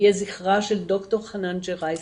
יהיה זכרה של ד"ר חנאן ג'ראייסי,